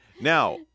Now